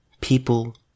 people